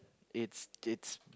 it's it's uh